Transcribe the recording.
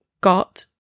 got